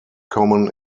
common